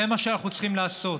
זה מה שאנחנו צריכים לעשות.